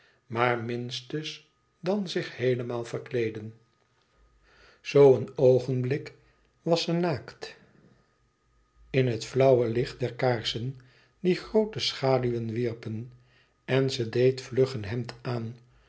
maar minstens dan zich heelemaal verkleeden zoo een oogenblik was ze naakt in het flauwe licht der kaarsen die groote schaduwen wierpen en ze deed vlug een hemd aan